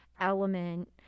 element